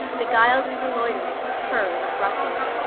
beguiled into loitering, purred and rustled.